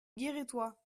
guérétois